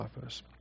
office